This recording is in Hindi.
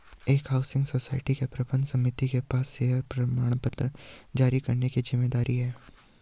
एक हाउसिंग सोसाइटी की प्रबंध समिति के पास शेयर प्रमाणपत्र जारी करने की जिम्मेदारी है